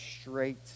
straight